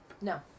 no